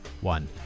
one